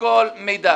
שכל מידע